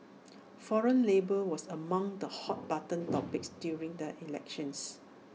foreign labour was among the hot button topics during the elections